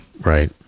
Right